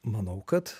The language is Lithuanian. manau kad